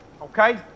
Okay